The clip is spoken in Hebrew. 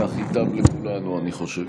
כך ייטב לכולנו, אני חושב.